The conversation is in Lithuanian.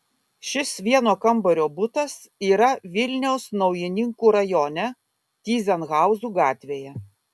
šis vieno kambario butas yra vilniaus naujininkų rajone tyzenhauzų gatvėje